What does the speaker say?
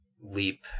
leap